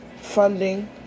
funding